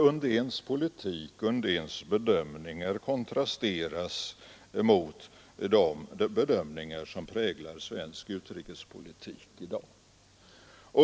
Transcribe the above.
Undéns politik och Undéns bedömningar kontrasteras mot de bedömningar som präglar svensk utrikespolitik i dag.